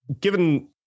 Given